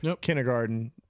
kindergarten